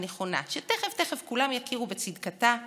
הנכונה שתכף-תכף כולם יכירו בצדקתה,